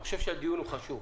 אני חושב שהדיון חשוב,